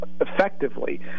effectively